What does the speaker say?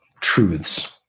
truths